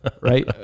right